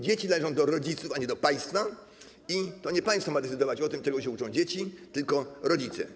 Dzieci należą do rodziców, a nie do państwa, i to nie państwo ma decydować o tym, czego się uczą dzieci, tylko rodzice.